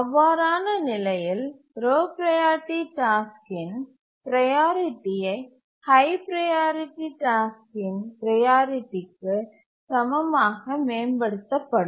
அவ்வாறான நிலையில் low priority டாஸ்க்கின் ப்ரையாரிட்டி ஹய் ப்ரையாரிட்டி டாஸ்க்கின் ப்ரையாரிட்டிக்கு சமமாக மேம்படுத்தப்படும்